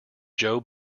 joe